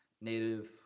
native